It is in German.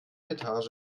etage